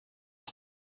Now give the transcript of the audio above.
pit